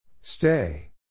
Stay